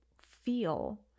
feel